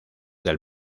del